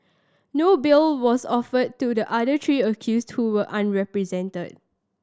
no bail was offered to the other three accused who are unrepresented